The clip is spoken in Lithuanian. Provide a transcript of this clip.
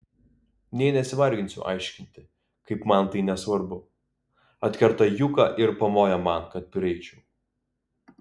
nė nesivarginsiu aiškinti kaip man tai nesvarbu atkerta juka ir pamoja man kad prieičiau